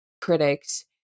critics